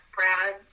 Brad